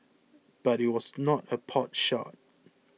but it was not a potshot